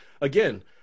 Again